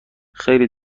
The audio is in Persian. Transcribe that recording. خیلی